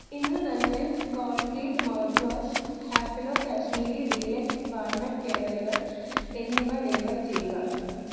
ഇന്ന് തന്നെ Colgate mouthwash Happilo Kashmiri deluxe walnut കേർണലുകൾ എന്നിവ ഡെലിവർ ചെയ്യുക